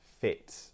fit